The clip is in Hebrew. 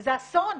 וזה אסון,